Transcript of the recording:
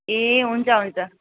ए हुन्छ हुन्छ